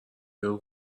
یارو